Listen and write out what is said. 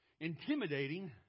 intimidating